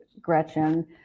Gretchen